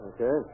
Okay